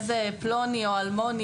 איזה פלוני או אלמוני,